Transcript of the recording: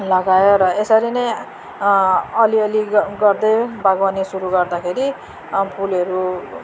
लगाएर यसरी नै अलिअलि गर्दै बागवानी सुरु गर्दाखेरि फुलहरू